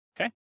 Okay